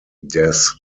deaths